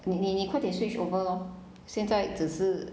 你你你快点 switch over lor 现在只是